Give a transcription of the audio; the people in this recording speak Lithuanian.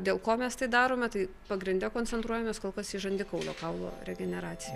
dėl ko mes tai darome tai pagrinde koncentruojamės kol kas į žandikaulio kaulo regeneraciją